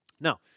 Now